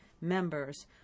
members